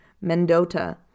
Mendota